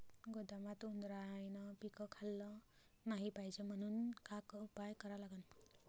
गोदामात उंदरायनं पीक खाल्लं नाही पायजे म्हनून का उपाय करा लागन?